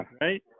right